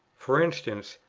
for instance,